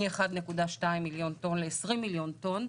מ-1.2 מיליון טון ל-20 מיליון טון,